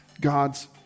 God's